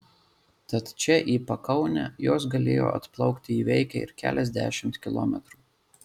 tad čia į pakaunę jos galėjo atplaukti įveikę ir keliasdešimt kilometrų